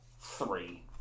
Three